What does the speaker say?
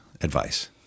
advice